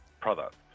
product